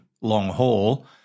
long-haul